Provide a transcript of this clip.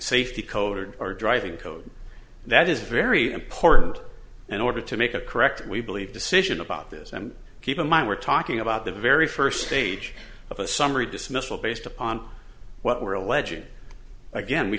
safety code or driving code that is very important in order to make a correct we believe decision about this and keep in mind we're talking about the very first page of a summary dismissal based upon what we're alleging again we